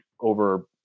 over